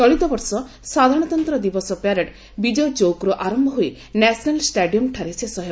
ଚଳିତବର୍ଷ ସାଧାରଣତନ୍ତ୍ର ଦିବସ ପ୍ୟାରେଡ୍ ବିଜୟ ଚୌକ୍ରୁ ଆରମ୍ଭ ହୋଇ ନ୍ୟାସନାଲ୍ ଷ୍ଟାଡିୟମ୍ଠାରେ ଶେଷ ହେବ